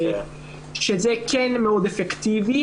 וזה כן מאוד אפקטיבי,